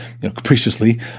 capriciously